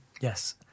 Yes